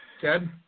Ted